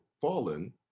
fallen